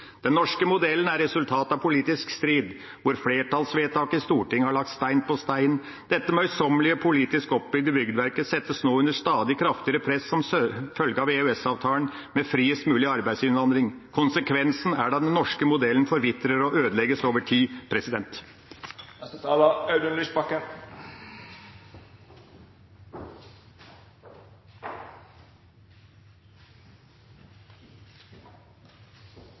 Den norske modellen er resultatet av politisk strid, hvor flertallsvedtak i Stortinget har lagt stein på stein. Dette møysommelig politisk oppbygde byggverket settes nå under stadig kraftigere press som følge av EØS-avtalen, med friest mulig arbeidsinnvandring. Konsekvensen er at den norske modellen forvitrer og ødelegges over tid.